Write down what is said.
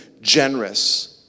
generous